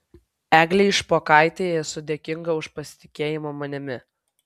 eglei špokaitei esu dėkinga už pasitikėjimą manimi